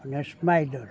અને સ્માઈડર